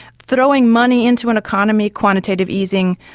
throwing money into an economy, quantitative easing,